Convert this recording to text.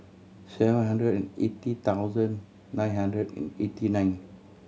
seven hundred and eighty thousand nine hundred and eighty nine